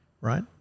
right